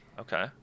okay